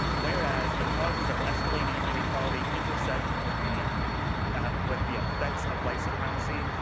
whereas the causes of escalating inequality intersect with the with the affects of white supremacy.